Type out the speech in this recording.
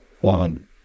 one